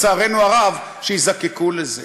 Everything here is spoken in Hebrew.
לצערנו הרב, שיזדקקו לזה.